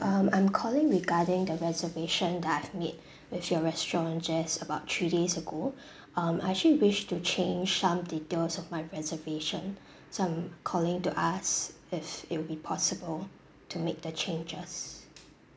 um I'm calling regarding the reservation that I've made with your restaurant just about three days ago um I actually wish to change some details of my reservation so I'm calling to ask if it will be possible to make the changes